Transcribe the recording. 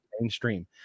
mainstream